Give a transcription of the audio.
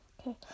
Okay